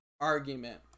argument